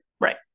right